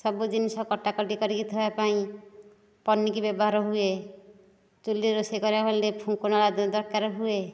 ସବୁ ଜିନିଷ କଟା କଟି କରିକି ଥୋଇବା ପାଇଁ ପନିକି ବ୍ୟବହାର ହୁଏ ଚୁଲିରେ ରୋଷେଇ କରିବାକୁ ହେଲେ ଫୁଙ୍କଣା ଦରକାର ହୁଏ